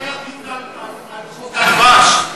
היום היה דיון על חוק הדבש,